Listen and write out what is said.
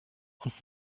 und